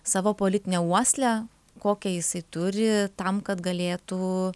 savo politine uosle kokią jisai turi tam kad galėtų